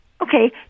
Okay